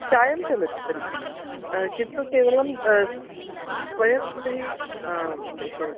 चायं चलति तर्हि किन्तु केवलं द्वयः कृते प्रेषयतु